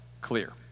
clear